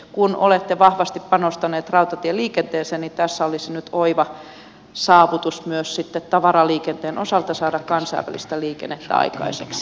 kun olette vahvasti panostaneet rautatieliikenteeseen niin tässä olisi nyt oiva saavutus myös sitten tavaraliikenteen osalta saada kansainvälistä liikennettä aikaiseksi